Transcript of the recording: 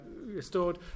restored